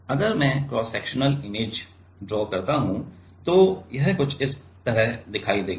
अगर मैं cross sectional image draw करता हूं तो यह कुछ इस तरह दिखाई देगा